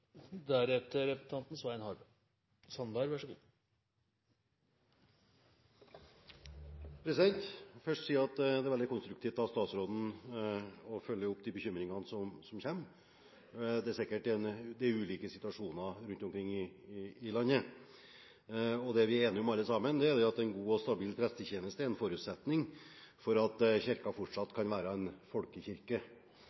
veldig konstruktivt at statsråden følger opp de bekymringene som kommer fram. Det er sikkert ulike situasjoner rundt i landet. Og det vi er enige om alle sammen, er at en god og stabil prestetjeneste er en forutsetning for at Kirken fortsatt